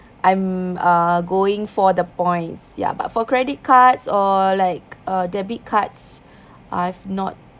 I'm uh going for the points ya but for credit cards or like uh debit cards I've not